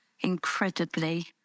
incredibly